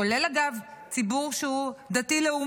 כולל אגב ציבור שהוא דתי-לאומי,